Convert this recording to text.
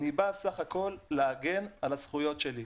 אני בא בסך הכול להגן על הזכויות שלי.